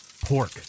Pork